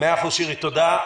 שירי, תודה.